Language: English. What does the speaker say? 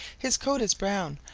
his coat is brown,